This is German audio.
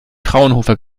fraunhofer